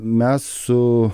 mes su